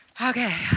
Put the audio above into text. Okay